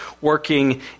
working